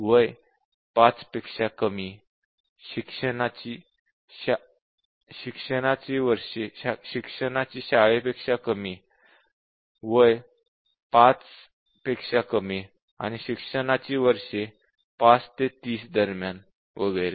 वय 5 पेक्षा कमी आणि शिक्षणाची शाळेपेक्षा कमी वय 5 पेक्षा कमी आणि शिक्षणाची वर्षे ५ ते 30 दरम्यानवगैरे